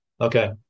Okay